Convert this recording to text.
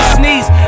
sneeze